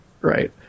right